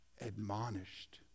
admonished